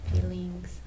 Feelings